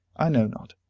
i know not,